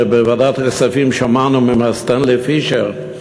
שבוועדת הכספים שמענו ממר סטנלי פישר,